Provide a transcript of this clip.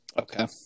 Okay